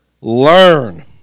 learn